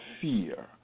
fear